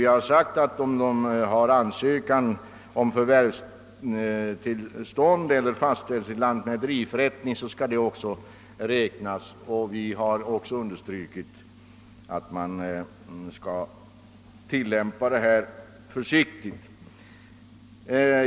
Vi har sagt att ifall det har gjorts ansökan om förvärvstillstånd eller lantmäteriförrättning skall det också räknas, och vi har också understrukit, att man skall tillämpa dessa bestämmelser för siktigt.